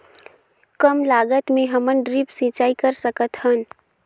कम लागत मे हमन ड्रिप सिंचाई कर सकत हन?